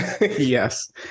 yes